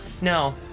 No